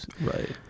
Right